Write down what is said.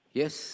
yes